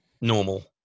normal